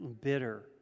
bitter